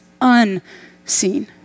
unseen